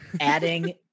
Adding